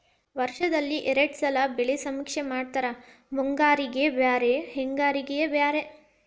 ವರ್ಷದಲ್ಲಿ ಎರ್ಡ್ ಸಲಾ ಬೆಳೆ ಸಮೇಕ್ಷೆ ಮಾಡತಾರ ಮುಂಗಾರಿಗೆ ಬ್ಯಾರೆ ಹಿಂಗಾರಿಗೆ ಬ್ಯಾರೆ